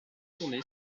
tourné